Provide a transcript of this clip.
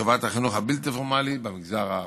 לטובת החינוך הבלתי-פורמלי במגזר הערבי.